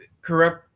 corrupt